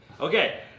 Okay